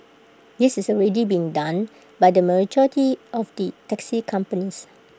this is already being done by the majority of the taxi companies